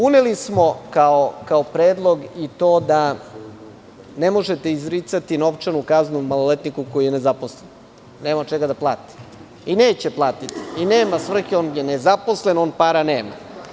Uneli smo kao predlog i to da ne možete izricati novčanu kaznu maloletniku koji je nezaposlen, nema od čega da plati, i neće platiti, i nema svrhe, on je nezaposlen, on para nema.